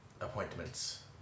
appointments